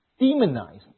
demonize